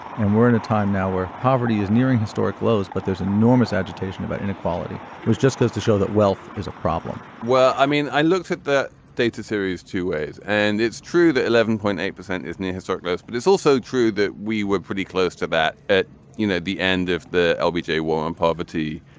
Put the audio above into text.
and we're in a time now where poverty is nearing historic lows but there's enormous agitation about inequality which just goes to show that wealth is a problem well i mean i looked at the data series two ways and it's true that eleven point eight percent is near historic lows but it's also true that we were pretty close to that at you know the end if the ah lbj war on poverty.